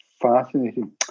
fascinating